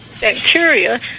bacteria